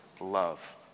love